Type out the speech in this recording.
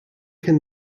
can